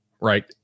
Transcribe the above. right